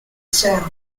south